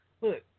Look